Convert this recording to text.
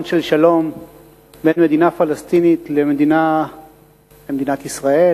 של שלום בין מדינה פלסטינית למדינת ישראל,